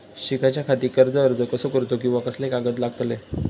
शिकाच्याखाती कर्ज अर्ज कसो करुचो कीवा कसले कागद लागतले?